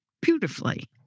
beautifully